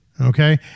Okay